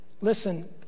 Listen